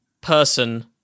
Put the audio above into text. person